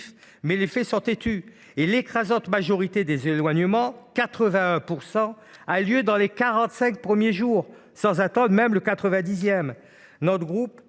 Mais les faits sont têtus : l’écrasante majorité des éloignements – 81 % d’entre eux – a lieu dans les 45 premiers jours, sans attendre même le 90. Notre groupe